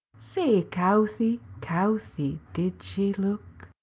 sae couthie, couthie did she look,